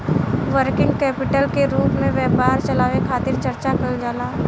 working capital के रूप में व्यापार चलावे खातिर चर्चा कईल जाला